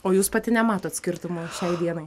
o jūs pati nematot skirtumų šiai dienai